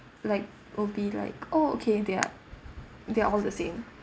like will be like oh okay they're they're all the same